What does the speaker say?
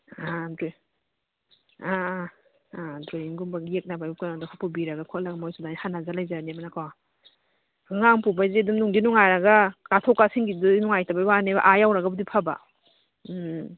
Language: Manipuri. ꯑ ꯑ ꯑ ꯗ꯭ꯔꯣꯋꯤꯒꯨꯝꯕ ꯌꯦꯛꯅꯕꯩ ꯀꯩꯅꯣꯗꯣ ꯄꯨꯕꯤꯔꯒ ꯈꯣꯠꯂꯒ ꯃꯣꯏꯁꯨ ꯑꯗꯨꯃꯥꯏ ꯁꯥꯟꯅꯖ ꯂꯩꯖꯅꯤꯗꯅꯀꯣ ꯑꯉꯥꯡ ꯄꯨꯕꯩꯁꯦ ꯑꯗꯨꯝ ꯅꯨꯡꯗꯤ ꯅꯨꯡꯉꯥꯏꯔꯒ ꯀꯥꯊꯣꯛ ꯀꯥꯁꯤꯟꯗꯨꯗ ꯅꯨꯡꯉꯥꯏꯇꯕꯩ ꯋꯥꯅꯦꯕ ꯑꯥ ꯌꯧꯔꯒꯕꯨꯗꯤ ꯐꯕ ꯎꯝ